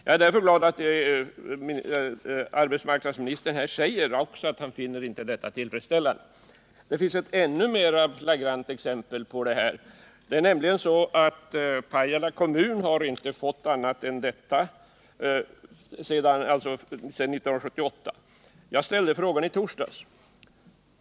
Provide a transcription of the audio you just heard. Jag är därför glad att också arbetsmarknadsministern säger att han inte finner detta tillfredsställande. Det finns ett ännu mer flagrant exempel: Pajala kommun har inte fått annat än den rapporten sedan 1978. Jag ställde frågan i torsdags.